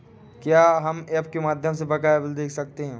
क्या हम ऐप के माध्यम से बकाया बिल देख सकते हैं?